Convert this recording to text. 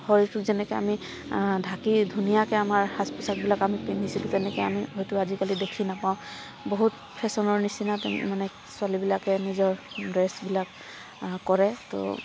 শৰীৰটো যেনেকৈ আমি ঢাকি ধুনীয়াকৈ আমাৰ সাজ পোচাকবিলাক আমি পিন্ধিছিলোঁ তেনেকৈ আমি হয়তো আজিকালি আমি দেখি নাপাওঁ বহুত ফেশ্বনৰ নিচিনাকৈ মানে ছোৱালীবিলাকে নিজৰ ড্ৰেছবিলাক কৰে তহ